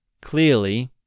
clearly